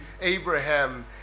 Abraham